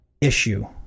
issue